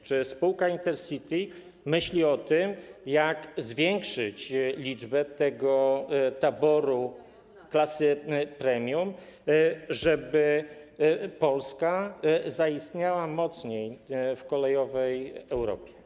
Czy spółka Intercity myśli o tym, jak zwiększyć ten tabor klasy premium, żeby Polska zaistniała mocniej w kolejowej Europie?